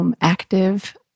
active